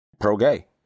pro-gay